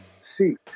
seat